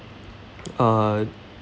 uh